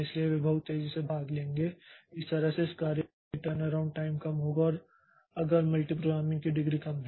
इसलिए वे बहुत तेजी से भाग लेंगे इस तरह से इस कार्य के लिए टर्नअराउंड टाइम कम होगा अगर मल्टीप्रोग्रामिंग की डिग्री कम है